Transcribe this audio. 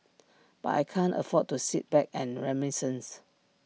but I can't afford to sit back and reminisce